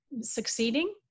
succeeding